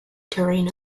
terrain